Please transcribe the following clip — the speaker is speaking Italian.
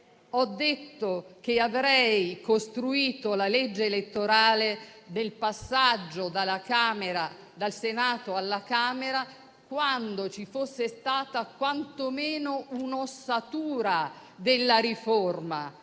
ho detto che avrei costruito la legge elettorale nel passaggio dal Senato alla Camera, quando ci fosse stata quantomeno un'ossatura della riforma.